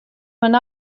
man